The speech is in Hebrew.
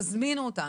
תזמינו אותנו,